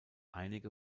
einige